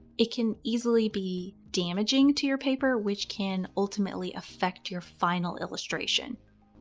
it can easily be damaging to your paper, which can ultimately affect your final illustration.